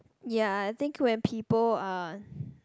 ya I think when people are